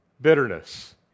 Bitterness